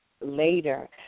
later